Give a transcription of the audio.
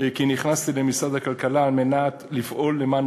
כי נכנסתי למשרד הכלכלה על מנת לפעול למען